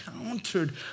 encountered